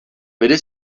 vede